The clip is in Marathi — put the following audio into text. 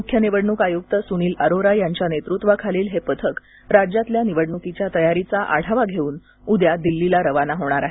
मुख्य निवडणूक आयुक्त सुनील अरोरा यांच्या नेतृत्वाखालील हे पथक राज्यातल्या निवडणुकीच्या तयारीचा आढावा घेऊन उद्या दिल्लीला रवाना होणार आहे